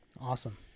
Awesome